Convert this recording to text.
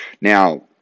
Now